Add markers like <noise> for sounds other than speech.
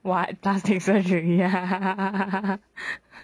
what plastic surgery ah <laughs>